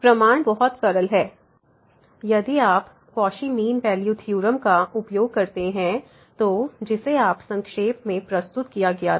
प्रमाण बहुत सरल है यदि आप कौशी मीन वैल्यू थ्योरम का उपयोग करते हैं तो जिसे आज संक्षेप में प्रस्तुत किया गया था